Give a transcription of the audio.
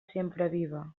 sempreviva